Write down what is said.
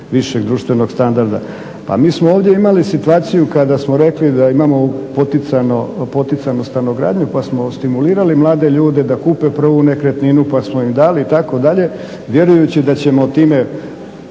višeg društvenog standarda. A mi smo ovdje imali situaciju kada smo rekli da imamo poticajnu stanogradnju pa smo stimulirali mlade ljude da kupe prvu nekretninu pa smo im dali itd. vjerujući da ćemo time